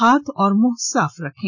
हाथ और मुंह साफ रखें